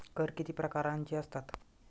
कर किती प्रकारांचे असतात?